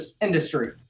industry